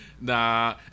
Nah